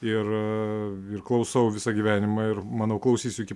ir ir klausau visą gyvenimą ir manau klausysiu iki